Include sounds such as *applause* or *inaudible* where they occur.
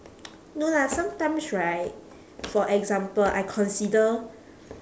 *noise* no lah sometimes right for example I consider